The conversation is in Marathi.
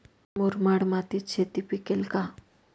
मुरमाड मातीत शेती पिकेल का?